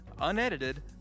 unedited